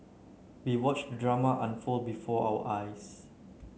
we watched the drama unfold before our eyes